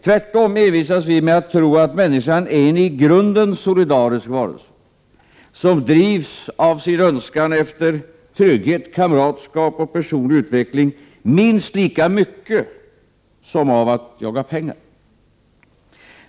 Tvärtom envisas vi med att tro att människan är en i grunden solidarisk varelse, som drivs av sin önskan efter trygghet, kamratskap och personlig utveckling minst lika mycket som av jakten på pengar.